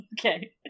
Okay